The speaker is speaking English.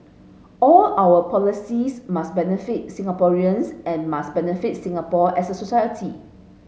all our policies must benefit Singaporeans and must benefit Singapore as a society